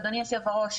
אדוני היושב-ראש,